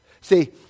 See